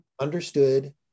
understood